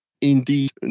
Indeed